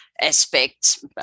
aspects